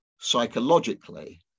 psychologically